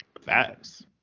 Facts